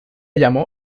llamó